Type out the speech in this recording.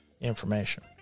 information